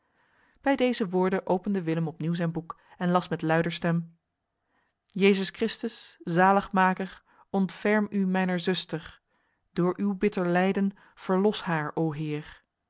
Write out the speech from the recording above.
bij deze woorden opende willem opnieuw zijn boek en las met luider stem jezus christus zaligmaker ontferm u mijner zuster door uw bitter lijden verlos haar o heer